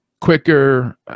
quicker